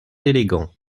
élégant